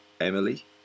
Emily